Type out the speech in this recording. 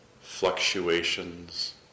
fluctuations